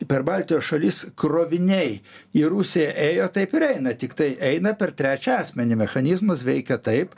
per baltijos šalis kroviniai į rusiją ėjo taip ir eina tiktai eina per trečią asmenį mechanizmas veikia taip